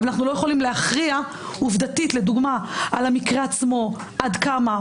אבל אנחנו לא יכולים להכריע עובדתית על המקרה עצמו עד כמה,